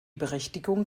berichtigung